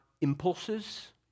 impulses